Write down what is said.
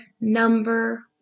number